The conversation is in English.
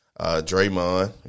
Draymond